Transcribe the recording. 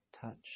touch